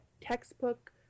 textbook